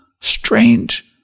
strange